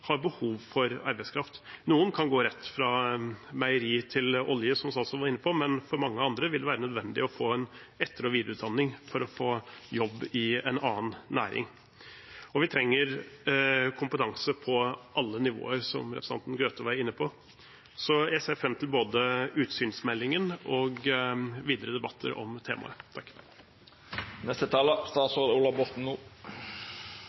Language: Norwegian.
har behov for arbeidskraft. Noen kan gå rett fra meieri til olje, som statsråden var inne på, men for mange andre vil det være nødvendig å få en etter- og videreutdanning for å få jobb i en annen næring, og vi trenger kompetanse på alle nivåer, som representanten Grøthe var inne på. Så jeg ser fram til både utsynsmeldingen og videre debatter om temaet. Takk